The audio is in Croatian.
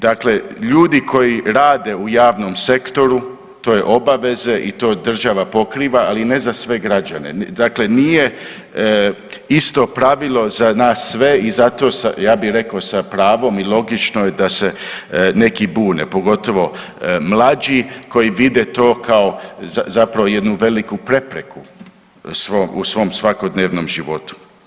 Dakle, ljudi koji rade u javnom sektoru to je obaveze i to država pokriva ali ne za sve građane, dakle nije isto pravilo za nas sve i zato ja bi rekao sa pravom i logično je da se neki bune, pogotovo mlađi koji vide to zapravo jednu veliku prepreku u svom svakodnevnom životu.